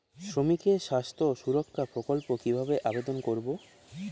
শ্রমিকের স্বাস্থ্য সুরক্ষা প্রকল্প কিভাবে আবেদন করবো?